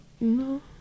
no